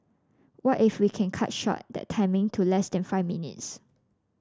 what if we can cut short that timing to less than five minutes